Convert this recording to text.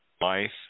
life